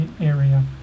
area